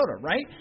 right